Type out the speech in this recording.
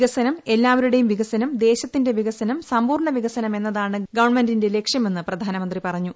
വികസനം എല്ലാവരുടെയും വികസനം ദേശത്തിന്റെ വികസനം സമ്പൂർണ്ണ വികസനം എന്നതാണ് ഗവൺമെന്റിന്റെ ലക്ഷ്യമെന്ന് പ്രധാനമന്ത്രി പറഞ്ഞു